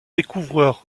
découvreur